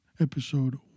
episode